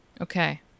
Okay